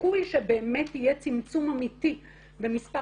הסיכוי שבאמת יהיה צמצום אמיתי במספר